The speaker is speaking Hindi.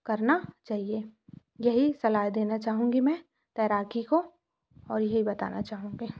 करना चाहिए यही सलाह देना चाहूँगी मैं तैराक को और यही बताना चाहूँगी